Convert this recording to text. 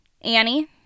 Annie